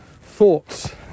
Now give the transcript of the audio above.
thoughts